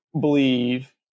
believe